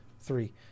three